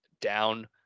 down